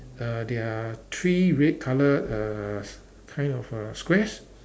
err there are three red coloured err kind of uh squares